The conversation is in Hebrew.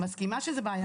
אני מסכימה שזו בעיה.